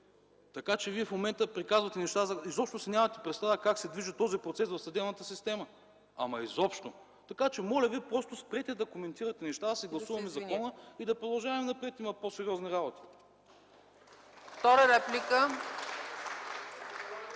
Така че Вие в момента приказвате неща, като изобщо си нямате представа как се движи този процес в съдебната система. Ама изобщо! Моля Ви, просто спрете да коментирате тези неща – да си гласуваме закона и да продължаваме напред! Има по-сериозна работа!